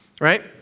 right